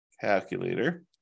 Calculator